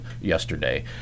yesterday